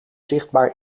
zichtbaar